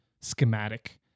schematic